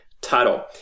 title